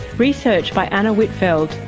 research by anna whitfeld,